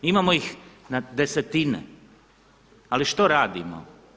Imamo ih na desetine ali što radimo?